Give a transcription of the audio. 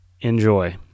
enjoy